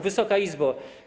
Wysoka Izbo!